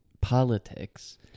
politics